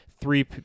three